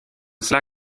cela